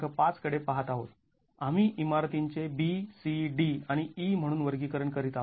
५ कडे पाहत आहोत आणि इमारतींचे B C D आणि E म्हणून वर्गीकरण करीत आहोत